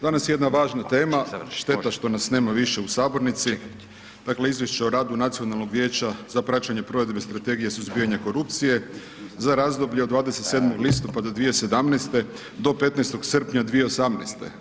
Danas je jedna važna tema, šteta što nas nema više u sabornici, dakle Izvješće o radu Nacionalnog vijeća za praćenje provedbe Strategije suzbijanja korupcije za razdoblje od 27. listopada 2017. godine do 15. srpnja 2018.